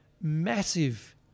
massive